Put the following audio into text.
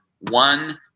one